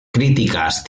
críticas